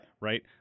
right